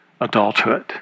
adulthood